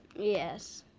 yes,